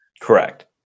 Correct